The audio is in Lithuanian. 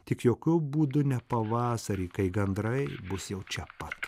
tik jokiu būdu ne pavasarį kai gandrai bus jau čia pat